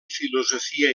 filosofia